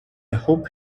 hope